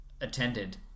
attended